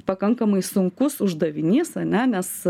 pakankamai sunkus uždavinys ane nes